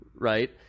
Right